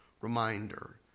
reminder